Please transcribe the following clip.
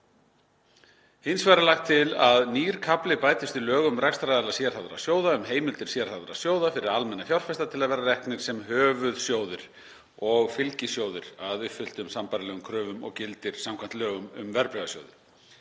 Hins vegar er lagt til að nýr kafli bætist við lög um rekstraraðila sérhæfðra sjóða um heimildir sérhæfðra sjóða fyrir almenna fjárfesta til að vera reknir sem höfuðsjóðir og fylgisjóðir að uppfylltum sambærilegum kröfum og gildir samkvæmt lögum um verðbréfasjóði.